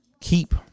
Keep